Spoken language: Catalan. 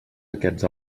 aquests